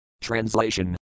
Translation